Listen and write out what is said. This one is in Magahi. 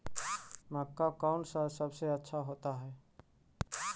मक्का कौन सा सबसे अच्छा होता है?